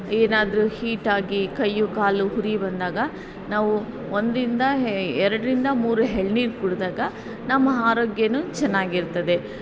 ಏನಾದರೂ ಹೀಟಾಗಿ ಕೈಯು ಕಾಲು ಉರಿ ಬಂದಾಗ ನಾವು ಒಂದರಿಂದ ಎರಡರಿಂದ ಮೂರು ಎಳ್ನೀರು ಕುಡಿದಾಗ ನಮ್ಮ ಆರೋಗ್ಯವೂ ಚೆನ್ನಾಗಿರ್ತದೆ